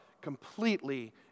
completely